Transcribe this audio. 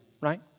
right